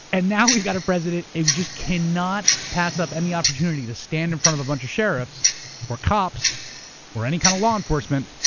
and now we've got a president who just cannot pass up any opportunity to stand in front of a bunch of sheriffs or cops or any kind of law enforcement,